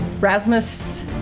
Rasmus